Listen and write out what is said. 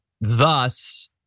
thus